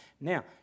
Now